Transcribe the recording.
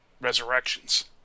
resurrections